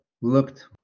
looked